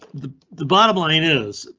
the the bottom line is.